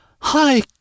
hi